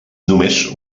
només